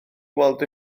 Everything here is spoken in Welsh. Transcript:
weld